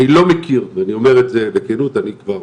אני לא מכיר, ואני אומר את זה בכנות, אני כבר